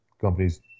companies